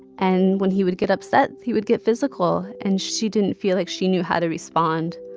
and when he would get upset, he would get physical. and she didn't feel like she knew how to respond.